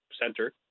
center